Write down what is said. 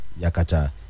yakata